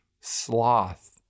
Sloth